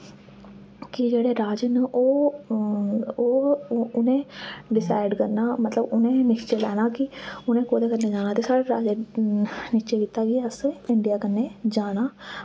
कि जेह्ड़े राजे न ओह् ओह् उनैं डिसाईड करना मतलव उनैं निश्चय लैना कि उनैं कोह्दै कन्नैं जाना ते साढ़े राजै निश्चय कीता कि अस इंडिया कन्नै जाना